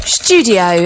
studio